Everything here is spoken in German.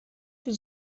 wir